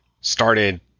started